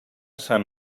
sant